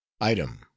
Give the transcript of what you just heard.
Item